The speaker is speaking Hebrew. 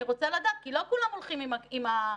אני רוצה לדעת כי לא כולם הולכים עם היישוב,